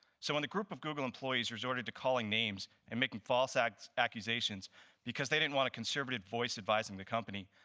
so when the group of google employees resorted to calling names and making false accusations because they didn't want a conservative voice advising the company,